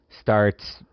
starts